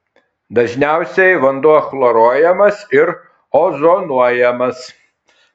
dažniausiai vanduo chloruojamas ir ozonuojamas